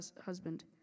husband